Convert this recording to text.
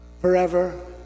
forever